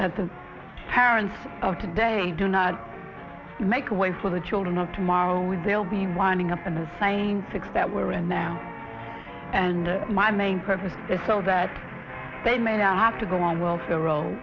that the parents of today do not make a way for the children of tomorrow and they'll be winding up in the same fix that we're in now and my main purpose is so that they may not have to go on welfare rolls